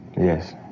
Yes